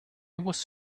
was